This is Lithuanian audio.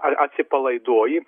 ar atsipalaiduoji